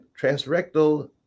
transrectal